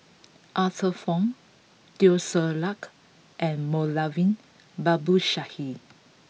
Arthur Fong Teo Ser Luck and Moulavi Babu Sahib